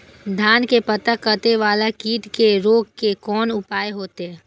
धान के पत्ता कटे वाला कीट के रोक के कोन उपाय होते?